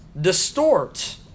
distort